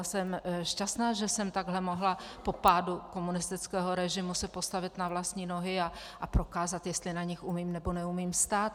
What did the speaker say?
Jsem šťastná, že jsem se takhle mohla po pádu komunistického režimu postavit na vlastní nohy a prokázat, jestli na nich umím, nebo neumím stát.